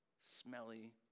smelly